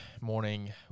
morning